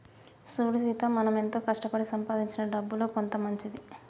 సూడు సీత మనం ఎంతో కష్టపడి సంపాదించిన డబ్బులో కొంత మంచిది